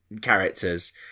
characters